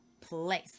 place